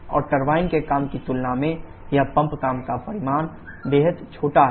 और टरबाइन के काम की तुलना में यह पंप काम का परिमाण बेहद छोटा है